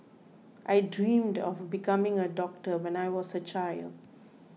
I dreamt of becoming a doctor when I was a child